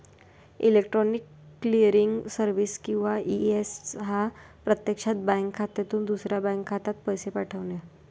electronic clearing services किंवा ECS हा प्रत्यक्षात बँक खात्यातून दुसऱ्या बँक खात्यात पैसे पाठवणे